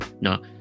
no